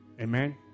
Amen